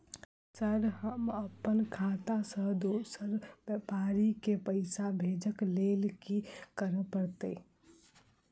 Sir हम अप्पन खाता सऽ दोसर व्यापारी केँ पैसा भेजक लेल की करऽ पड़तै?